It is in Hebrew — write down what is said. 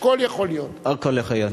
הכול יכול להיות.